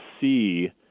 see